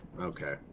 okay